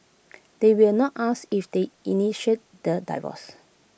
they will not asked if they initiated the divorce